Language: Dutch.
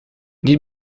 niet